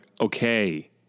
okay